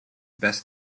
best